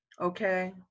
okay